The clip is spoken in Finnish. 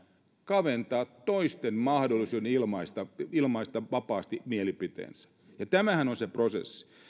kaventaa toisten mahdollisuutta ilmaista ilmaista vapaasti mielipiteensä ja tämähän on se prosessi